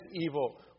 evil